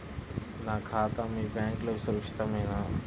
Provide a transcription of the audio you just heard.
నా ఖాతా మీ బ్యాంక్లో సురక్షితమేనా?